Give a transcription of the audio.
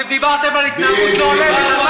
אתם דיברתם על התנהגות לא הולמת.